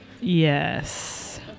yes